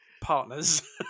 partners